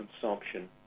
consumption